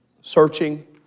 Searching